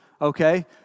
okay